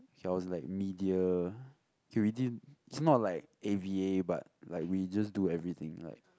K I was like media K we didn't it's not like a_v_a but like we just do everything like